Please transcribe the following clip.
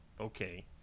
okay